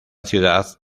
ciudad